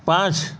ପାଞ୍ଚ